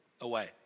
away